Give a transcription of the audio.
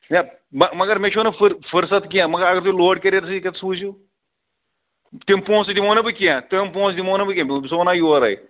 ہے مہ مگر مےٚ چھُو نہٕ فر فرست کیٚنٛہہ مگر اگر تُہۍ لوڈ کیریرسٕے کَتھ سوٗزِو تِم پونٛسہٕ دِمو نہٕ بہٕ کینٛہہ تٔمۍ پونٛسہٕ دِمو نہٕ بہٕ کیٚنٛہہ بہٕ چھُسوَ وَنان یورَے